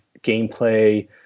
gameplay